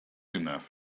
enough